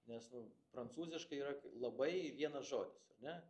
nes nu prancūziškai yra labai vienas žodis ane